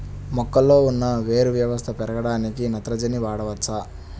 మొక్కలో ఉన్న వేరు వ్యవస్థ పెరగడానికి నత్రజని వాడవచ్చా?